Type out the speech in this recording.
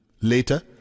Later